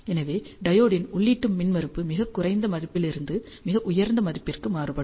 எனவே டையோடின் உள்ளீட்டு மின்மறுப்பு மிகக் குறைந்த மதிப்பிலிருந்து மிக உயர்ந்த மதிப்புக்கு மாறுபடும்